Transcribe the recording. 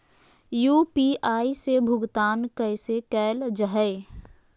UPI से भुगतान कैसे कैल जहै?